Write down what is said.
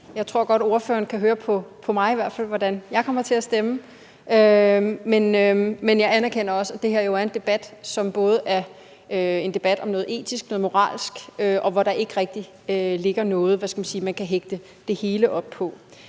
Jeg tror, ordføreren godt kan høre på mig i hvert fald, hvordan jeg kommer til at stemme. Men jeg anerkender også, at det her jo er en debat, som både er en debat om noget etisk, noget moralsk, og en debat, hvor der ikke rigtig ligger noget, hvad skal jeg sige, man kan hægte det hele op på.